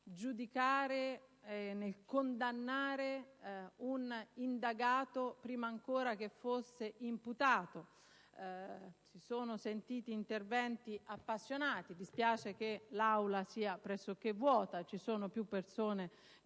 giudicare e condannare un indagato prima ancora che fosse imputato. Si sono sentiti interventi appassionati. Mi spiace che l'Aula sia pressoché vuota: ci sono più persone che